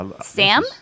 Sam